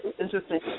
Interesting